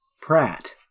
pratt